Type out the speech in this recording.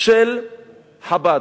של חב"ד.